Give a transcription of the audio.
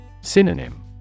Synonym